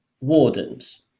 wardens